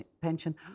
pension